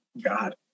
God